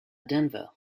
denver